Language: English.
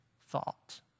thought